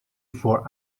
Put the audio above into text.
for